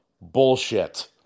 bullshit